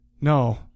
No